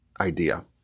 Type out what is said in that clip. idea